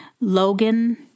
Logan